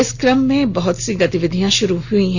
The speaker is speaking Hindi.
इस क्रम में बहुत सी गतिविधियां शुरू हो गई हैं